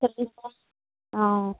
অ